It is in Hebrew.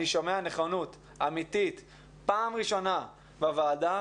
אני שומע נכונות אמיתית פעם ראשונה בוועדה